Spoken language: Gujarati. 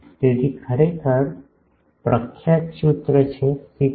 તેથી આ ખરેખર પ્રખ્યાત સૂત્ર છે 6